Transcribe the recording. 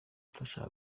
turashaka